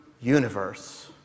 universe